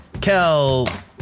Kel